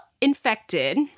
infected